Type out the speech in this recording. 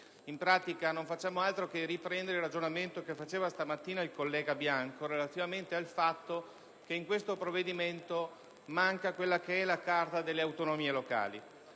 In pratica, non facciamo altro che riprendere il ragionamento svolto stamattina dal collega Bianco relativamente al fatto che nel provvedimento in esame manca la Carta delle autonomie locali.